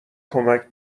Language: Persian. کمک